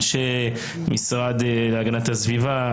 אנשי המשרד להגנת הסביבה,